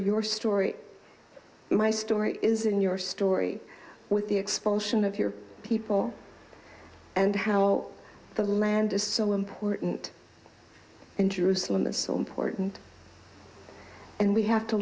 your story my story is in your story with the expulsion of your people and how the land is so important in jerusalem is so important and we have to